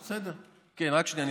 רק שנייה,